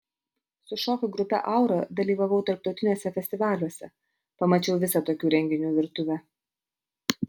su šokių grupe aura dalyvavau tarptautiniuose festivaliuose pamačiau visą tokių renginių virtuvę